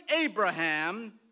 Abraham